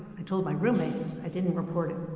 i told my roommates. i didn't report it.